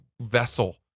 vessel